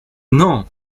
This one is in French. non